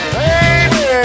baby